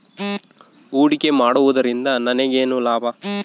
ಹೂಡಿಕೆ ಮಾಡುವುದರಿಂದ ನನಗೇನು ಲಾಭ?